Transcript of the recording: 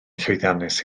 llwyddiannus